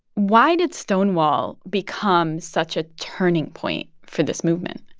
why did stonewall become such a turning point for this movement?